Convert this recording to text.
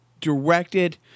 directed